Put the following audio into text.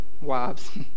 wives